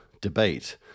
debate